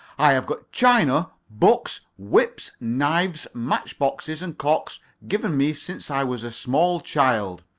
i have got china, books, whips, knives, matchboxes, and clocks given me since i was a small child.